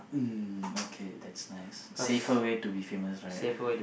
mm okay that's nice safer way to be famous right